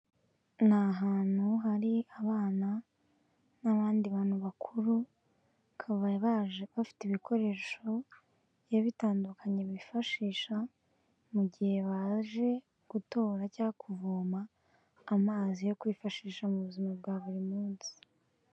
Ni ahantu hari abana n'abandi bantu bakuru bakabaye baje bafite ibikoresho bigiye bitandukanye bifashisha mu gihe baje gutora cyangwa kuvoma amazi yo kwifashisha mu buzima bwa buri munsi.